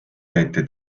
peeti